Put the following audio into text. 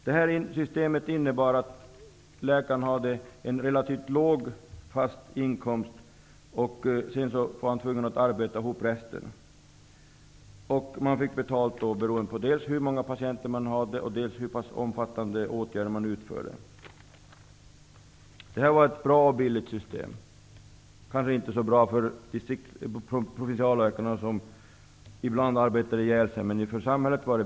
Detta system innebar att läkaren hade en relativt låg fast grundlön och var tvungen att arbeta ihop resten av inkomsten. Han fick betalt dels beroende på antalet patienter, dels beroende på de åtgärder han utförde. Det var ett billigt och bra system -- kanske inte för provinsialläkarna, som ibland arbetade ihjäl sig, men för samhället.